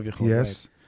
Yes